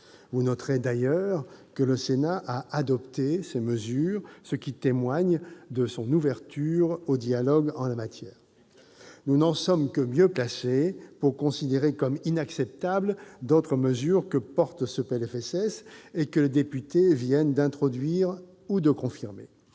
Vous noterez d'ailleurs que le Sénat a adopté ces mesures, ce qui témoigne de son ouverture au dialogue en la matière. Exactement ! Nous n'en sommes que mieux placés pour juger inacceptables d'autres mesures que contient ce PLFSS et que les députés viennent d'introduire ou de confirmer.